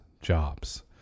jobs